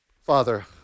Father